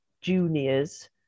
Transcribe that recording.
juniors